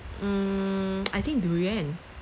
mm I think durian